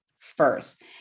first